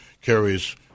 carries